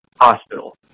hospital